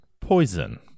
poison